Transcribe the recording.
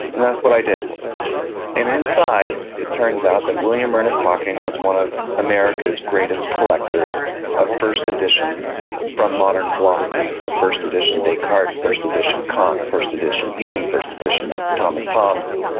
and that's what i did and inside, it turns out that william ernest hocking was one of america's greatest collectors of first editions from modern philosophy, so first-edition descartes, first-edition kant, first-edition hume, first-edition thomas hobbes.